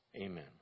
Amen